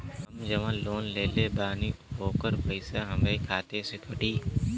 हम जवन लोन लेले बानी होकर पैसा हमरे खाते से कटी?